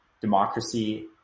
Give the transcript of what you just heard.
democracy